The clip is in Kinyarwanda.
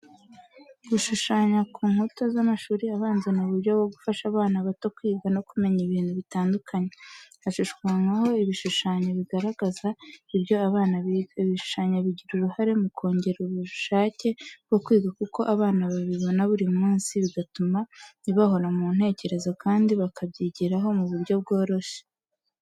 Gushushanya ku nkuta z'amashuri abanza ni uburyo bwo gufasha abana bato kwiga no kumenya ibintu bitandukanye. Hashushanywaho ibishushanyo bigaragaza ibyo abana biga. Ibi bishushanyo bigira uruhare mu kongera ubushake bwo kwiga kuko abana babibona buri munsi, bigatuma bibahora mu ntekerezo kandi bakabyigiraho mu buryo bworoshye.